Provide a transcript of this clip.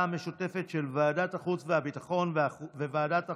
המשותפת של ועדת החוץ והביטחון וועדת החוקה,